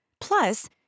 Plus